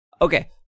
Okay